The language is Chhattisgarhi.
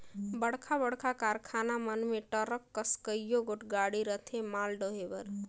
बड़खा बड़खा कारखाना मन में टरक कस कइयो गोट गाड़ी रहथें माल डोहे बर